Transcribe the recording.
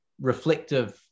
reflective